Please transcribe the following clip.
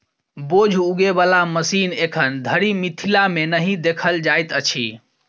बोझ उघै बला मशीन एखन धरि मिथिला मे नहि देखल जाइत अछि